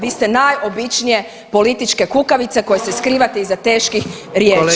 Vi ste najobičnije političke kukavice koje se skrivate iza teških riječi.